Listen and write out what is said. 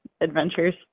adventures